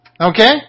okay